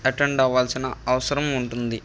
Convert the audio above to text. attend అవ్వాల్సిన అవసరం ఉంటుంది